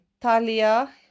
Talia